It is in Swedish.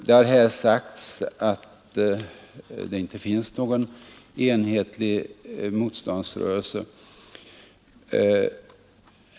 Det har här sagts att det inte finns någon enhetlig motståndsrörelse i Chile.